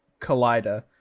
Collider